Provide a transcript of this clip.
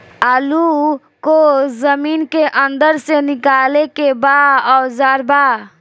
आलू को जमीन के अंदर से निकाले के का औजार बा?